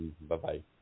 Bye-bye